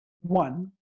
one